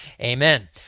Amen